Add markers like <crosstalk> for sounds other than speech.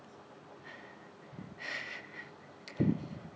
<breath>